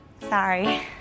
Sorry